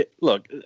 look